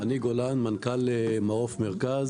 אני מנכ"ל מעוף מרכז.